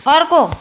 अर्को